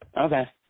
Okay